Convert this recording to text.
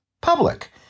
public